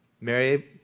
Mary